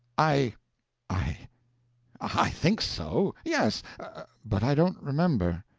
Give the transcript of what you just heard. i i i think so yes but i don't remember.